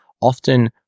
Often